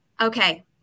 Okay